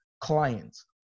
clients